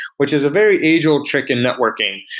which is a very age-old trick in networking,